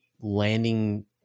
landing